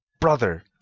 brother